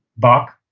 buck,